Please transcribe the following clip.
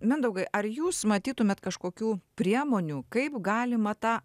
mindaugai ar jūs matytumėt kažkokių priemonių kaip galima tą